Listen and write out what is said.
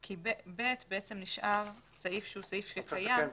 כי (ב) נשאר סעיף שהוא סעיף קיים.